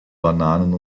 bananen